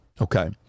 Okay